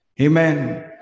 amen